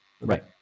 Right